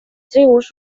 tribus